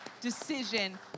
decision